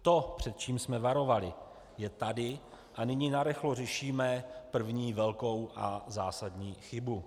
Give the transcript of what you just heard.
To, před čím jsme varovali, je tady a nyní narychlo řešíme první a velkou zásadní chybu.